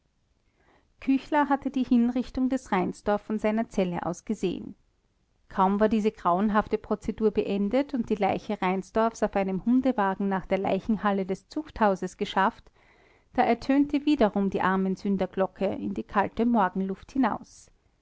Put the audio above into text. küchler hatte die hinrichtung des reinsdorf von seiner zelle aus gesehen kaum war diese grauenhafte prozedur beendet und die leiche reinsdorfs auf einem hundewagen nach der leichenhalle des zuchthauses geschafft da ertönte wiederum die armensünderglocke in die kalte morgenluft hinaus